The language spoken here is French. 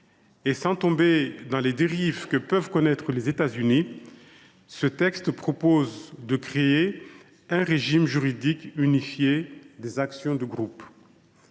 sans tomber dans les dérives que peuvent connaître les États Unis, il est proposé, par ce texte, de créer un régime juridique unifié des actions de groupe